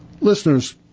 Listeners